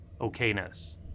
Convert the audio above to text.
okayness